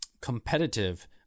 competitive